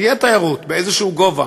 תהיה תיירות באיזשהו גובה,